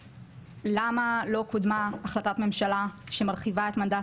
למה לא קודמה החלטת ממשלה שמרחיבה את מנדט